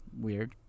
weird